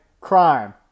crime